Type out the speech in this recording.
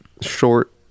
short